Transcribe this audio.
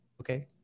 okay